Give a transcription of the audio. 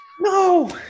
No